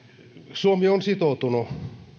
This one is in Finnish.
suomi on sitoutunut